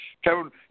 Kevin